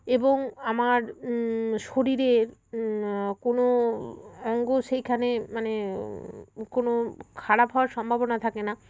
এবং আমার শরীরের কোনও অঙ্গ সেইখানে মানে কোনও খারাপ হওয়ার সম্ভাবনা থাকে না